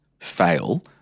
fail